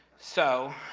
so,